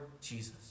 Jesus